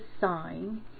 sign